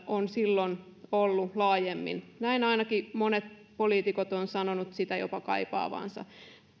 on silloin ollut laajemmin ainakin monet poliitikot ovat sanoneet sitä jopa kaipaavansa